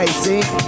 see